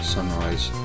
Sunrise